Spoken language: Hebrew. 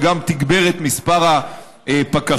והוא גם תגבר את מספר הפקחים.